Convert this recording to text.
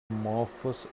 amorphous